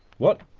what,